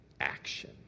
action